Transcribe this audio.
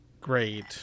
great